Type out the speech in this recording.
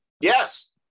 Yes